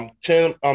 Tim